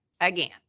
Again